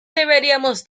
deberíamos